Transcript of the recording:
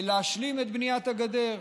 ולהשלים את בניית הגדר?